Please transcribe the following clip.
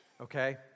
Okay